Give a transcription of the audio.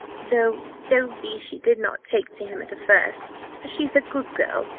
though so be she did not take to him at the first for she's a good girl,